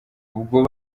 ubwo